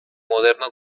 moderno